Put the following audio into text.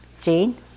Jane